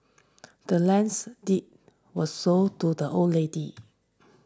the land's deed was sold to the old lady